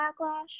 backlash